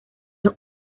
los